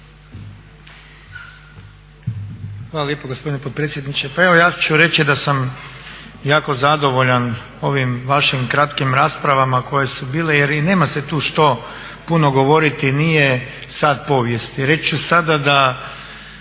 Hvala lijepo gospodine potpredsjedniče. Pa evo ja ću reći da sam jako zadovoljan ovim vašim kratkim raspravama koje su bile jer i nema se tu što puno govoriti nije sat povijesti. Reći ću sada da